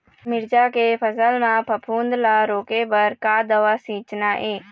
मिरचा के फसल म फफूंद ला रोके बर का दवा सींचना ये?